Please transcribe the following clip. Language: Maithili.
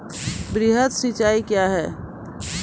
वृहद सिंचाई कया हैं?